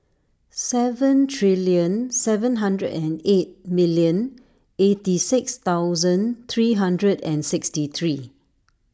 seven billion seven hundred and eight million eighty six thousand three hundred and sixty three